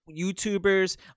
youtubers